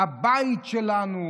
הבית שלנו,